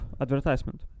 advertisement